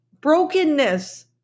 brokenness